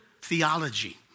theology